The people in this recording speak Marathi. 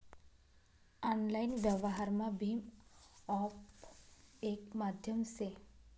आनलाईन व्यवहारमा भीम ऑप येक माध्यम से